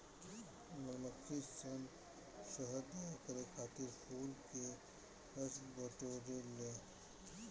मधुमक्खी सन शहद तैयार करे खातिर फूल के रस बटोरे ले